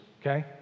okay